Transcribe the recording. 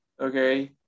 okay